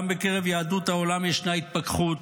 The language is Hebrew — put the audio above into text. גם בקרב יהדות העולם ישנה התפכחות.